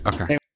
okay